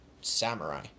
samurai